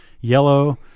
yellow